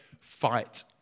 fight